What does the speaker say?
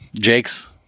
Jake's